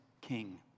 king